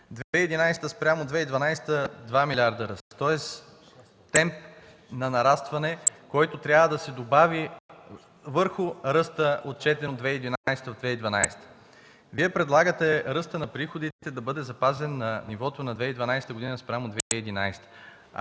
2011 г. спрямо 2012 г. – 2 милиарда ръст, тоест темп на нарастване, който трябва да се добави върху ръста, отчетен от 2011 и 2012 г. Вие предлагате ръстът на приходите да бъде запазен на нивото на 2012 г. спрямо 2011 г.